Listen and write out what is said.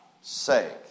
sake